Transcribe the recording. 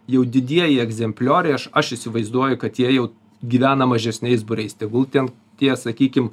jau didieji egzemplioriai aš aš įsivaizduoju kad jie jau gyvena mažesniais būriais tegul ten tie sakykim